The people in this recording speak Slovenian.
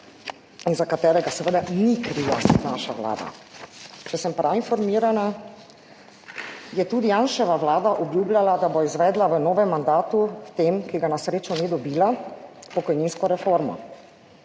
in za katerega seveda ni kriva naša Vlada. Če sem prav informirana, je tudi Janševa vlada obljubljala, da bo izvedla v novem mandatu tem, ki ga na srečo ni dobila, pokojninsko reformo.